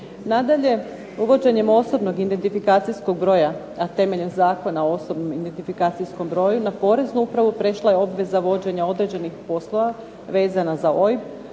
Nadalje, uvođenjem osobnog identifikacijskog broja, a temeljem Zakona o osobnom identifikacijskom broju na Poreznu upravu prešla je obveza vođenja određenih poslova vezana za OIB